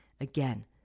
Again